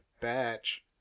batch